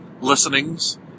listenings